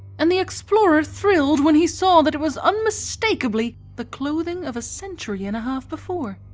and the explorer thrilled when he saw that it was unmistakably the clothing of a century and a half before.